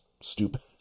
stupid